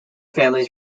families